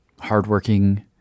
hardworking